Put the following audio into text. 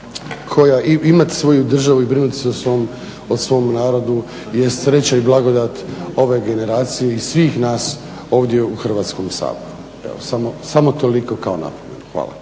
koja imat svoju državu i brinut se o svom narodu jest sreća i blagodat ove generacije i svih nas ovdje u Hrvatskom saboru. Evo samo toliko kao napomena, hvala.